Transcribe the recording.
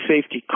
safety